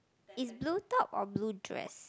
is blue top or blue dress